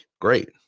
Great